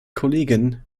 kollegen